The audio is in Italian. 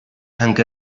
anche